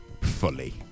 fully